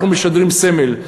אנחנו משדרים סמל.